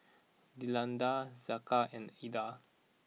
Delinda Saka and Eda